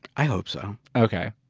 i hope so. okay.